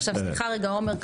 עכשיו סליחה רגע, עומר.